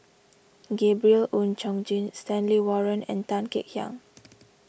Gabriel Oon Chong Jin Stanley Warren and Tan Kek Hiang